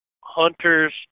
hunters